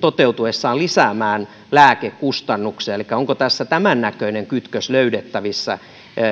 toteutuessaan merkittävästi lisäämään lääkekustannuksia elikkä onko tässä tämännäköinen kytkös löydettävissä